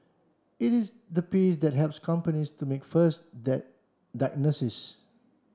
it is the piece that helps companies to make first that that diagnosis